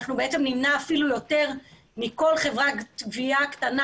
נמנע אפילו יותר מכל חברת גבייה קטנה